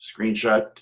screenshot